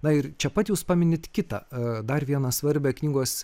na ir čia pat jūs paminit kitą dar vieną svarbią knygos